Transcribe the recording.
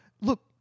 Look